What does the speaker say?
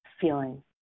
feeling